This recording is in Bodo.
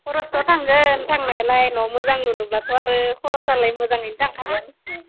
खरसथ' थांगोन थांनायालाय न' मोजां लुनोब्लाथ' आरो खरसालाय मोजाङै थांखागोन